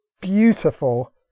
beautiful